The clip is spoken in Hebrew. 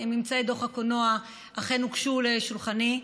אז ממצאי דוח הקולנוע אכן הוגשו לשולחני.